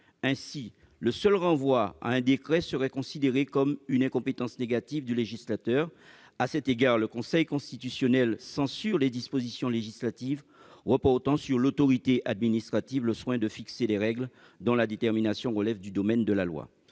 Ainsi, le seul renvoi à un décret serait considéré comme une incompétence négative du législateur. À cet égard, le Conseil constitutionnel censure les dispositions législatives reportant sur l'autorité administrative le soin de fixer des règles dont la détermination relève du domaine de la loi.